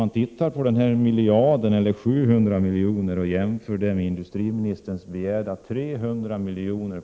Dessutom aviserar industriministern ett Norrbottenspaket och om jag förstår rätt också ett Östersundspaket liksom andra insatser.